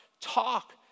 talk